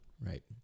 right